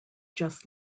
just